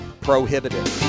prohibited